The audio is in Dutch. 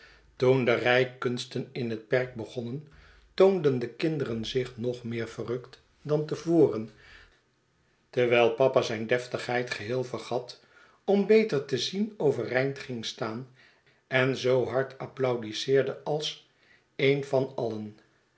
toen de rijkunsten in het perk begonnen toonden de kinderen zich nog meer verrukt dan te voren terwijl papa zijne deftigheid geheel vergat om beter te zien overeind ging staan en zoo hard applaudiseerde als een van alien